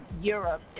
Europe